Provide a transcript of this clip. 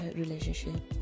relationship